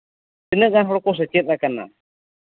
ᱛᱤᱱᱟᱹᱜ ᱜᱟᱱ ᱦᱚᱲ ᱠᱚ ᱥᱮᱪᱮᱫ ᱟᱠᱟᱱᱟ